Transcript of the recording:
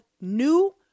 new